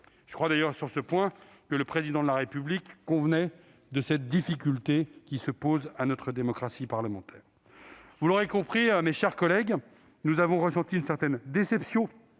D'ailleurs, je crois que le Président de la République lui-même convient de cette difficulté qui se pose à notre démocratie parlementaire. Vous l'aurez donc compris, mes chers collègues, nous avons ressenti une certaine déception